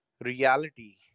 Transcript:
reality